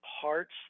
parts